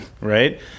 right